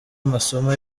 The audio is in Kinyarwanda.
amasomo